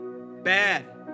bad